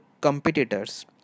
competitors